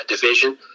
division